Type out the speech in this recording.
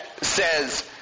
says